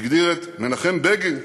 הגדיר את מנחם בגין: